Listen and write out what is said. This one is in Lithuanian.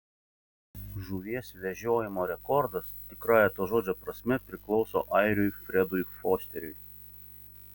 žuvies vežiojimo rekordas tikrąja to žodžio prasme priklauso airiui fredui fosteriui